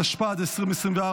התשפ"ד 2026,